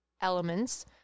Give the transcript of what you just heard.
elements